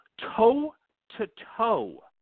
toe-to-toe